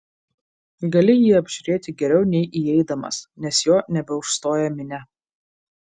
gali jį apžiūrėti geriau nei įeidamas nes jo nebeužstoja minia